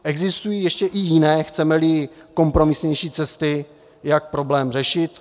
Existují ještě i jiné, chcemeli, kompromisnější cesty, jak problém řešit?